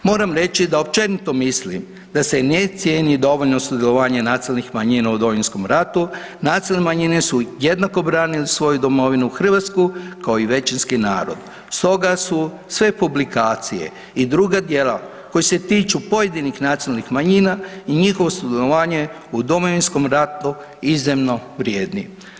Moram reći da općenito mislim da se ne cijeni dovoljno sudjelovanje nacionalnih manjina u Domovinskom ratu, nacionalne manjine su jednako branile svoju domovinu Hrvatsku kao i većinski narod stoga su sve publikacije i druga djela koja se tiču pojedinih nacionalnih manjina i njihovo sudjelovanje u Domovinskom ratu iznimno vrijedni.